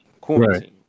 quarantine